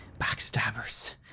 Backstabbers